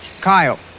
Kyle